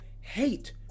hate